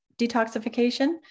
detoxification